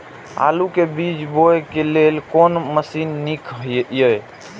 आलु के बीज बोय लेल कोन मशीन नीक ईय?